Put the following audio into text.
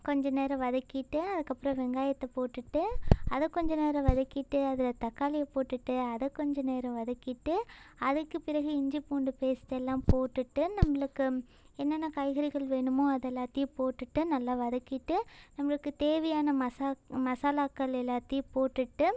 கொஞ்ச நேரம் வதக்கிட்டு அதுக்கப்புறம் வெங்காயத்தை போட்டுட்டு அதை கொஞ்ச நேரம் வதக்கிட்டு அதில் தக்காளியை போட்டுட்டு அதை கொஞ்ச நேரம் வதக்கிட்டு அதுக்கு பிறகு இஞ்சி பூண்டு பேஸ்ட் எல்லாம் போட்டுட்டு நம்மளுக்கு என்னென்ன காய்கறிகள் வேணுமோ அதெல்லாத்தையும் போட்டுட்டு நல்லா வதக்கிட்டு நம்மளுக்கு தேவையான மசா மசாலாக்கள் எல்லாத்தையும் போட்டுட்டு